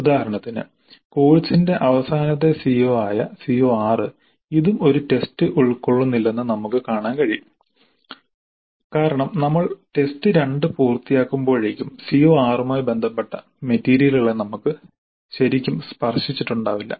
ഉദാഹരണത്തിന് കോഴ്സിന്റെ അവസാനത്തെ CO ആയ CO6 ഇത് ഒരു ടെസ്റ്റും ഉൾക്കൊള്ളുന്നില്ലെന്ന് നമുക്ക് കാണാൻ കഴിയും കാരണം നമ്മൾ ടെസ്റ്റ് 2 പൂർത്തിയാകുമ്പോഴേക്കും CO6 മായി ബന്ധപ്പെട്ട മെറ്റീരിയലുകളെ നമ്മൾ ശരിക്കും സ്പർശിച്ചിട്ടുണ്ടാവില്ല